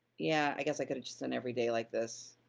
yeah, i guess i could've just done every day like this.